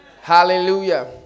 Hallelujah